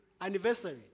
Anniversary